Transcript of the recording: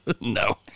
No